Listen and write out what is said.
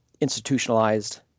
institutionalized